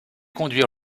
conduire